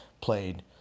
played